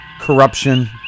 corruption